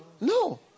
no